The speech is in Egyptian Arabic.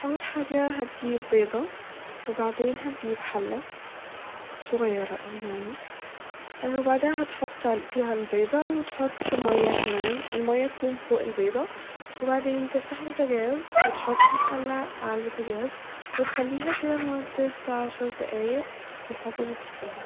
اول حاجة هتجيب بيضة ، وبعدين هتجيب حلة صغيرة اوي يعني، وبعدها هتحط فيها البيضة وتحط مية كمان ، المية تكون فوق البيضة وبعدين تفتح البوتجاز وتحط الحلة ع البوتجاز وتخليها كده لمدة عشر دقايق لغاية ما تستوي